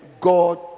God